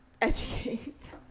educate